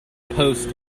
post